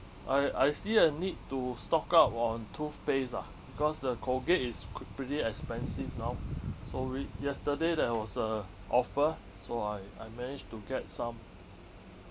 I I see a need to stock up on toothpaste ah because the colgate is qui~ pretty expensive now so we yesterday there was a offer so I I managed to get some